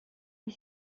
est